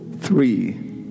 three